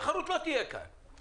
לא תהיה כאן תחרות.